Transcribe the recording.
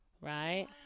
right